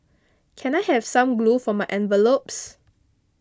can I have some glue for my envelopes